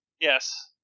yes